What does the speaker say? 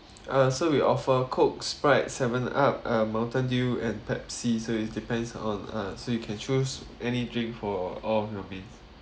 uh so we offer cokes sprites seven up uh mountain dew and pepsi so is depends on uh so you can choose any drink for all of your main